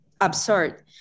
absurd